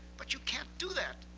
but you can't do that.